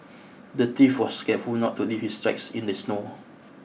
the thief was careful not to leave his tracks in the snow